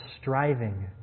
striving